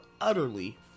utterly